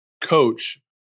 coach